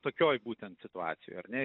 tokioj būtent situacijoj ar ne